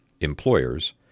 employers